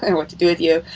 i don't what to do with you.